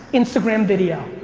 instagram video.